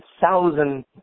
thousand